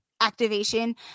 activation